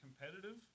competitive